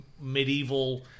medieval